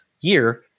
year